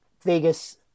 Vegas